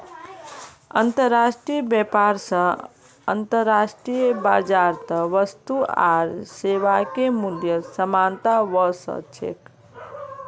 अंतर्राष्ट्रीय व्यापार स अंतर्राष्ट्रीय बाजारत वस्तु आर सेवाके मूल्यत समानता व स छेक